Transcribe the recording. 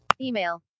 Email